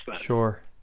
Sure